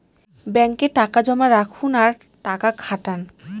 ব্যাঙ্কে টাকা জমা রাখুন আর টাকা খাটান